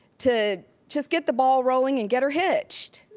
to just get the ball rolling, and get her hitched!